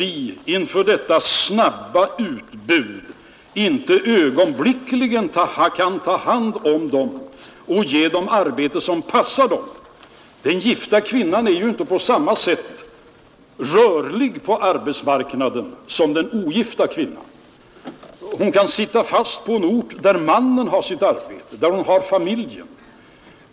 Inför ett snabbt utbud kan vi inte alltid ögonblickligen ta hand om de arbetssökande och ge dem arbete som passar dem — den gifta kvinnan är ju inte rörlig på arbetsmarknaden på samma sätt som den ogifta kvinnan; hon kan sitta fast på en ort där mannen har sitt arbete, där hon har familjen.